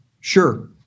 Sure